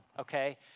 okay